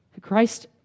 Christ